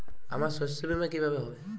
আমার শস্য বীমা কিভাবে হবে?